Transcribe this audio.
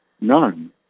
None